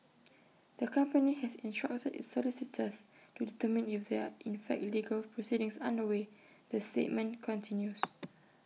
the company has instructed its solicitors to determine if there are in fact legal proceedings underway the statement continues